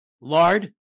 lard